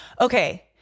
okay